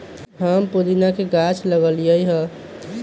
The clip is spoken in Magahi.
हम्मे पुदीना के गाछ लगईली है